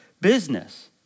business